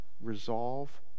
resolve